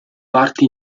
parte